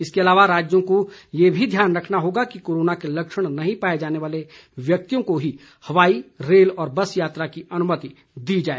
इसके अलावा राज्यों को यह भी ध्यान रखना होगा कि कोरोना के लक्षण नहीं पाए जाने वाले व्यक्तियों को ही हवाई रेल और बस यात्रा की अनुमति दी जाए